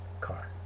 car